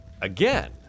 again